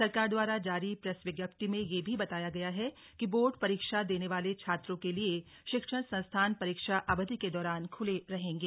सरकार द्वारा जारी प्रेस विज्ञप्ति में यह भी बताया गया है कि बोर्ड परीक्षा देने वाले छात्रों के लिये शिक्षण संस्थान परीक्षा अवधि के दौरान खुले रहेंगे